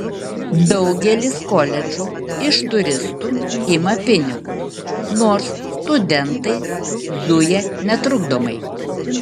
daugelis koledžų iš turistų ima pinigus nors studentai zuja netrukdomai